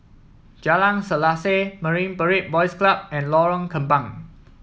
Jalan Selaseh Marine Parade Boys Club and Lorong Kembang